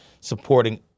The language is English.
supporting